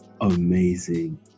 Amazing